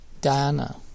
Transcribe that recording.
Diana